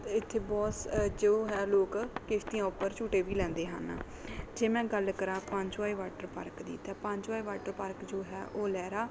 ਅਤੇ ਇੱਥੇ ਬੋਸ ਜੋ ਹੈ ਲੋਕ ਕਿਸ਼ਤੀਆਂ ਉੱਪਰ ਝੂਟੇ ਵੀ ਲੈਂਦੇ ਹਨ ਜੇ ਮੈਂ ਗੱਲ ਕਰਾਂ ਪੰਜੋਆਏ ਵਾਟਰ ਪਾਰਕ ਦੀ ਤਾਂ ਪੰਜੋਆਏ ਵਾਟਰ ਪਾਰਕ ਜੋ ਹੈ ਉਹ ਲਹਿਰਾ